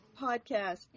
podcast